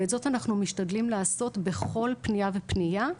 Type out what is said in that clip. ואת זאת אנחנו משתדלים לעשות בכל פניה ופניה,